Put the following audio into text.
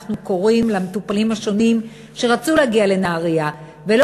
אנחנו קוראים למטופלים שרצו להגיע לנהרייה ולא